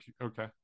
okay